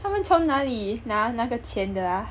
他们从哪里拿那个钱的 ah